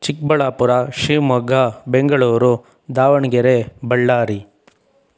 Chikkaballapur Shivamogga Bengaluru Davanagere Ballari